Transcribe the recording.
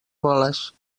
boles